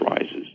rises